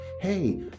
Hey